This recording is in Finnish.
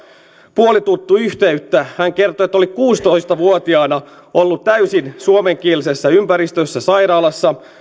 puolituttu yhteyttä hän kertoi että oli kuusitoista vuotiaana ollut täysin suomenkielisessä ympäristössä sairaalassa